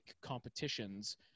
competitions